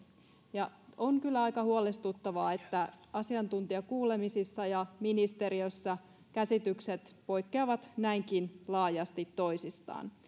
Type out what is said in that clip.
ja on kyllä aika huolestuttavaa että asiantuntijakuulemisissa ja ministeriössä käsitykset poikkeavat näinkin laajasti toisistaan